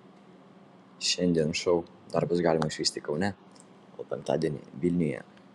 šiandien šou dar bus galima išvysti kaune o penktadienį vilniuje